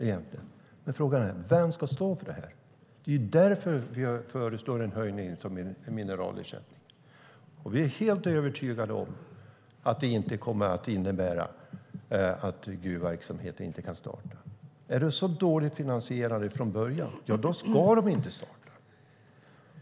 Frågan är bara vem som ska stå för det. Det är därför vi föreslår en höjning av mineralersättningen. Vi är helt övertygade om att det inte kommer att innebära att gruvverksamheten inte kan starta. Om den är så dåligt finansierad från början, då ska den inte starta.